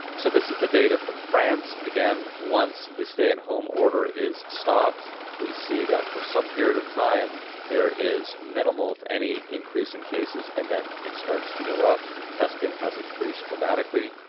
so this is the data from france. again, once the stay-at-home order is stopped, we see that for some period of time, there is minimal if any increase in cases and then it starts to go up. testing has increased dramatically.